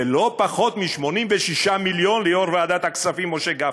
ולא פחות מ-86 ליו"ר ועדת הכספים משה גפני.